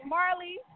Marley